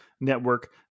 Network